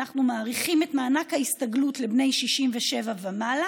אנחנו מאריכים את מענק ההסתגלות לבני 67 ומעלה